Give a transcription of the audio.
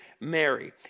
Mary